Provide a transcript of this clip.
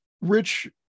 Rich